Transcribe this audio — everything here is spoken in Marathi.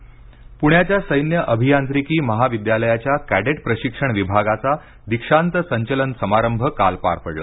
सैन्य प्रशिक्षण प्ण्याच्या सैन्य अभियांत्रिकी महाविद्यालयाच्या कॅडेट प्रशिक्षण विभागाचा दीक्षांत संचलन समारंभ काल पार पडला